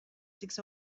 six